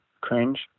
cringe